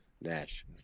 Nash